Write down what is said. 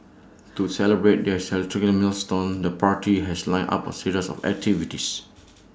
to celebrate their milestone the party has lined up A series of activities